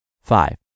Five